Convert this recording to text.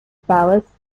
palace